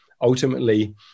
ultimately